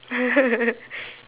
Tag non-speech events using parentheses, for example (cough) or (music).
(laughs)